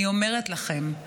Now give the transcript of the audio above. אני אומרת לכם,